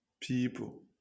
People